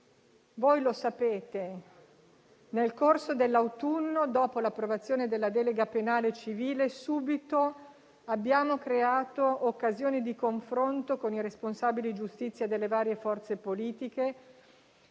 Voi lo sapete: nel corso dell'autunno, dopo l'approvazione della delega penale e civile, subito abbiamo creato occasioni di confronto con i responsabili per la giustizia delle varie forze politiche